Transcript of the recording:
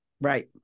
Right